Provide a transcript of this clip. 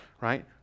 right